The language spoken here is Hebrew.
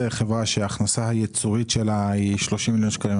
חברה שההכנסה הייצורית שלה היא 30 מיליון שקלים.